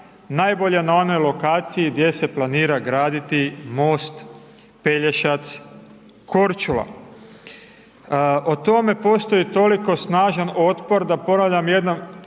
najbolje na onoj lokaciji gdje se planira graditi most Pelješac-Korčula. O tome postoji toliko snažan otpor da ponavljam još